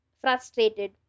frustrated